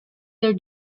their